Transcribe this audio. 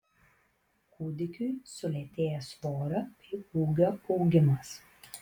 kūdikiui sulėtėja svorio bei ūgio augimas